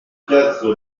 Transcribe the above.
quatre